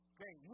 Okay